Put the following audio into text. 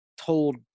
told